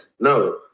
No